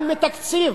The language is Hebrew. גם מתקציב